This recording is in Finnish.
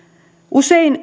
usein